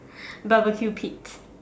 barbecue pit